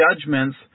judgments